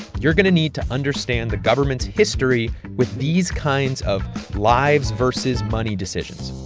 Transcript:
you're going to need to understand the government's history with these kinds of lives versus money decisions.